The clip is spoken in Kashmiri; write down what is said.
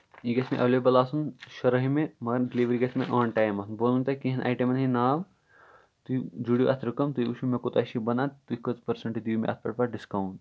یہِ گژھِ مےٚ ایٚولیبٕل آسُن شُرٲہمہ مَگر ڈیٚلِؤری گژھِ مےٚ آن ٹایِم آسٕنۍ بہٕ وَنو تۄہہِ کینٛہہ ایٹمَن ہٕندۍ ناو تُہۍ جورو اَتھ رَقم تُہۍ وُچھِو مےٚ کوٗتاہ چھُ یہِ بنان تُہۍ کٔژ پٔرسَنٹ دِیو مےٚ پتہٕ اَتھ پٮ۪ٹھ ڈِسکونٹ